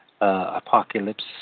Apocalypse